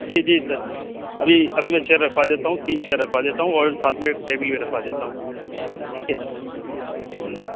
جی جی سر ابھی ابھی میں چیئر رکھوا دیتا ہوں تین چیئر رکھوا دیتا ہوں اور ساتھ میں ٹیبل بھی رکھوا دیتا ہوں ٹھیک ہے جی